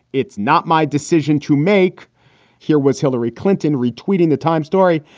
it's not my decision to make here. was hillary clinton retweeting the times story.